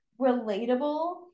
relatable